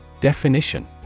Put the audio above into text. Definition